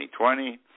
2020